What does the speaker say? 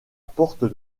porte